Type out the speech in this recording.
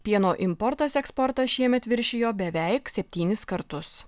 pieno importas eksportas šiemet viršijo beveik septynis kartus